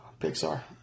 Pixar